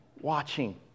watching